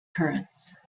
currents